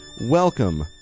Welcome